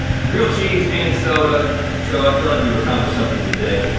grilled cheese and soda so i feel like we've accomplished something today.